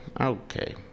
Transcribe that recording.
Okay